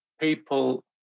people